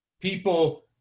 people